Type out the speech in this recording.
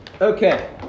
Okay